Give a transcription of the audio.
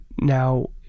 Now